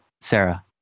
Sarah